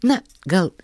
na gal